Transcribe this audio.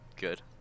good